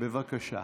בבקשה.